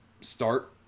start